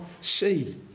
see